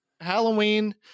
Halloween